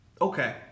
Okay